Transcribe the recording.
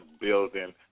building